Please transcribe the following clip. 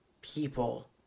people